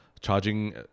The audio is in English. charging